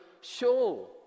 show